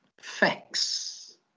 facts